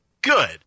Good